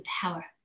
power